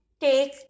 take